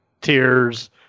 Tears